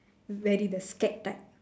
very the scared type